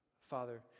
Father